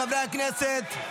חברי הכנסת,